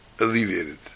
alleviated